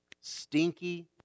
stinky